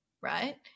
right